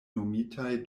nomitaj